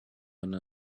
one